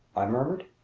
i murmured.